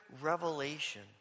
revelation